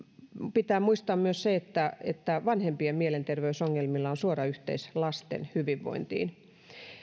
pitää muistaa myös se että että vanhempien mielenterveysongelmilla on suora yhteys lasten hyvinvointiin